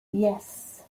yes